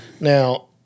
Now